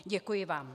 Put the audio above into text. Děkuji vám.